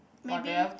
maybe